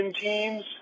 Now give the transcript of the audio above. teams